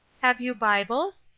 have you bibles?